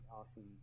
awesome